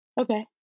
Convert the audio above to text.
Okay